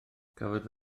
cafodd